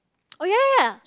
orh ya